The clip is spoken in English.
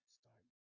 start